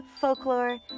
folklore